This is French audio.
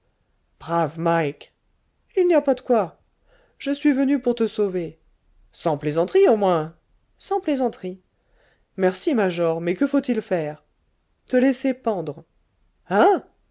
mike il n'y a pas de quoi je suis venu pour te sauver sans plaisanterie au moins sans plaisanterie merci major mais que faut-il faire te laisser pendre hein